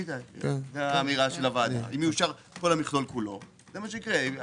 אם יאושר כל המכלול כולו, זה מה שיקרה.